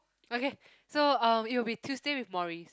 okay so uh it will be Tuesday with Morrie